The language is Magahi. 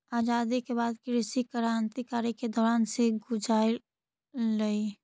आज़ादी के बाद कृषि क्रन्तिकारी के दौर से गुज़ारलई